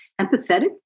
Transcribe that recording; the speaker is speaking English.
empathetic